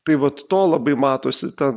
tai vat to labai matosi ta